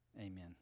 Amen